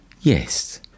Yes